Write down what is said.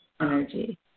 energy